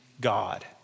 God